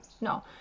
No